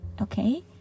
okay